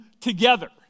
together